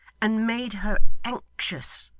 and made her anxious